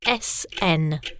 SN